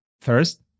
First